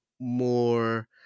more